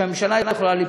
שהממשלה יכולה ליפול.